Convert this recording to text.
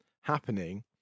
happening